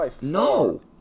No